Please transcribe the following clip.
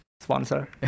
Sponsor